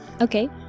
Okay